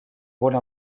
rôle